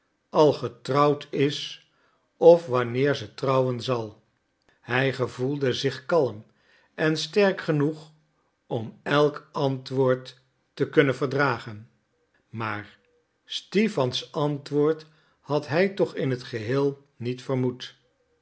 al getrouwd is of wanneer ze trouwen zal hij gevoelde zich kalm en sterk genoeg om elk antwoord te kunnen verdragen maar stipans antwoord had hij toch in het geheel niet vermoed